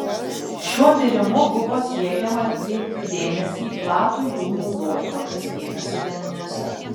šiuo tyrimu buvo siekiama atkreipti dėmesį į platų jų naudojimą kasdieniuose gaminiuose